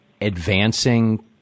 advancing